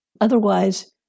Otherwise